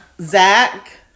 Zach